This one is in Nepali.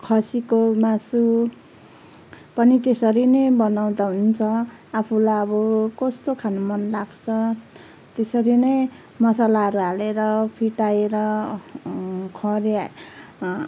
खसीको मासु पनि त्यसरी नै बनाउँदा हुन्छ आफूलाई अब कस्तो खानु मन लाग्छ त्यसरी नै मसालाहरू हालेर फिटाएर खऱ्याए